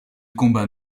combat